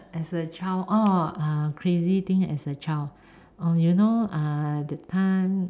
as a child oh uh crazy thing as a child oh you know uh that time